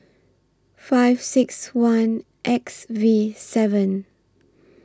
five six one X V seven